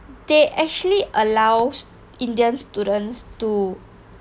they actually allows indian students to